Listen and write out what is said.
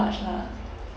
lah